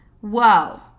Whoa